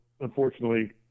unfortunately